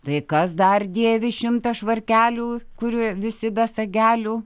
tai kas dar dėvi šimtą švarkelių kurie visi be sagelių